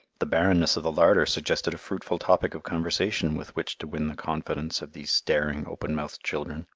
the barrenness of the larder suggested a fruitful topic of conversation with which to win the confidence of these staring, open-mouthed children,